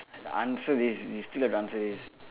answer this you still have to answer this